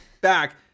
back